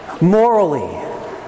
morally